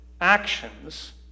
actions